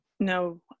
no